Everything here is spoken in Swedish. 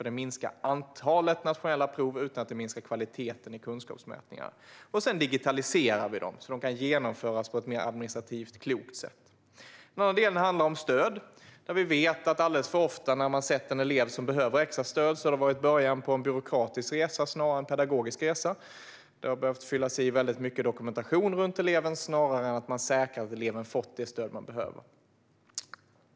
Det minskar nämligen antalet nationella prov utan att minska kvaliteten i kunskapsmätningarna. Vi digitaliserar också de nationella proven, så att de kan genomföras på ett mer administrativt klokt sätt. Den andra delen handlar om stöd. När man har sett att en elev har behövt extra stöd har det alldeles för ofta varit början på en byråkratisk resa, snarare än en pedagogisk resa. Det har behövts fyllas i mycket dokumentation om eleven i stället för att man har säkrat att eleven fått det stöd som behövs.